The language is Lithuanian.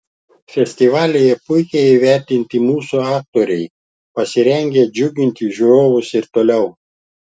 festivalyje puikiai įvertinti mūsų aktoriai pasirengę džiuginti žiūrovus ir toliau